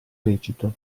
lecito